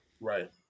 Right